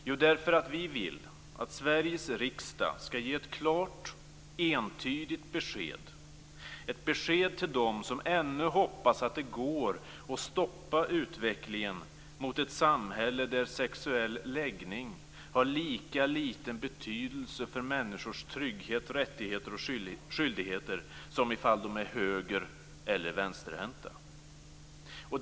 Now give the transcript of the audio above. Jo, därför att vi vill att Sveriges riksdag skall ge ett klart, entydigt besked till dem som ännu hoppas att det går att stoppa utvecklingen mot ett samhälle där sexuell läggning har lika liten betydelse för människors trygghet, rättigheter och skyldigheter som ifall de är höger eller vänsterhänta.